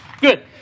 Good